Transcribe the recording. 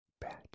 Batch